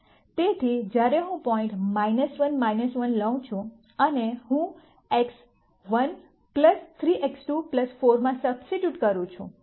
તેથી જ્યારે હું પોઈન્ટ 1 1 લઉં છું અને હું x 1 3 x 2 4 માં સબસ્ટિટ્યૂટ કરું છું